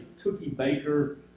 cookie-baker